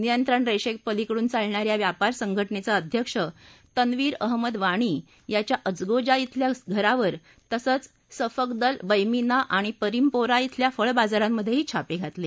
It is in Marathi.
नियंत्रण रेषेपलिकडून चालणा या व्यापार संघटनेचा अध्यक्ष तन्वीर अहमद वाणी याच्या अचगोजा खिल्या घरावर तसंच सफाकदल बहमीना आणि परीमपोरा खिल्या फळ बाजारांमधेही छापे घातले